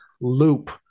loop